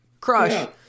crush